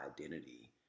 identity